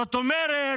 זאת אומרת,